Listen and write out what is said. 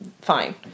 fine